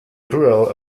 buell